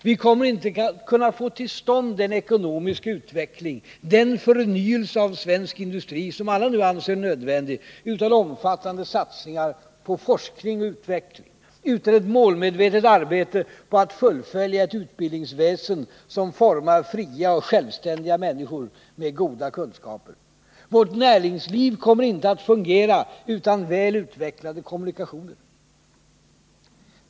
Vi kommer inte att kunna få till stånd den ekonomiska utveckling, den förnyelse av svensk industri, som alla nu anser nödvändig, utan omfattande satsningar på forskning och utveckling, utan ett målmedvetet arbete på att fullfölja ett utbildningsväsen som formar fria och självständiga människor med goda kunskaper. Vårt näringsliv kommer inte att fungera utan väl utvecklade kommunikationer.